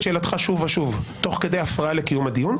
שאלתך שוב ושוב תוך כדי הפרעה לקיום הדיון,